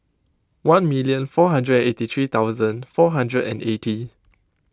one million four hundred and eighty three thousand four hundred and eighty